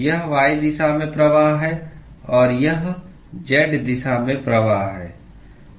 यह y दिशा में प्रवाह है और यह z दिशा में प्रवाह है